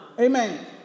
Amen